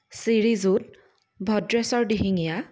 Srijut Bhadreswar Dihingia